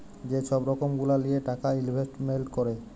যে ছব রকম গুলা লিঁয়ে টাকা ইলভেস্টমেল্ট ক্যরে